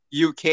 UK